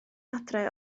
adre